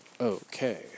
Okay